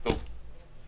גברתי,